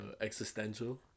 existential